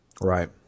Right